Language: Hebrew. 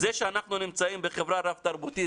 זה שאנחנו נמצאים בחברה רב-תרבותית,